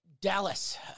Dallas